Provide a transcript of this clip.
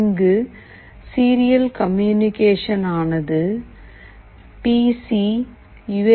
இங்கு serial communication ஆனது P C you